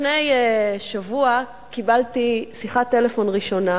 לפני שבוע קיבלתי שיחת טלפון ראשונה